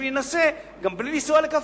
להינשא גם בלי לנסוע לקפריסין.